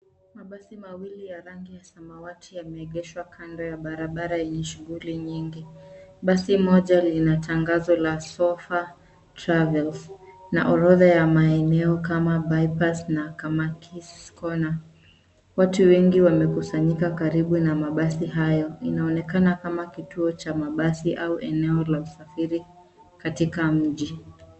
Mabasi mawili ya rangi ya samawati yameegeshwa kando ya barabara yenye shughuli nyingi. Basi moja lina tangazo la Sopha travels na orodha ya maeneo kama Bypass na Kamakis Corner watu wengi wamekusanyika karibu na basi hayo inaonekana kama kituo cha mabasi au eneo la usafiri katika mji.